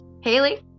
Haley